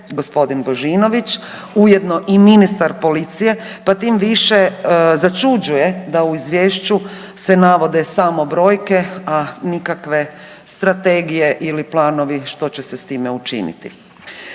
g. Božinović ujedno i ministar policije, pa tim više začuđuje da u Izvješću se navode samo brojke, a nikakve strategije ili planovi što će se s time učiniti.